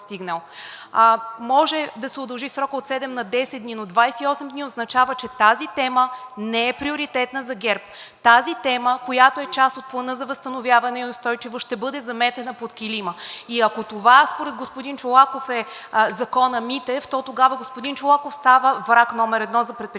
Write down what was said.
Може да се удължи срокът от 7 на 10 дни, но 28 дни означава, че тази тема не е приоритетна за ГЕРБ, тази тема, която е част от Плана за възстановяване и устойчивост ще бъде заметена под килима и ако това според господин Чолаков е законът „Митев“, то тогава господин Чолаков става враг № 1 за предприемаческата